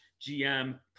GM